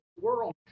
world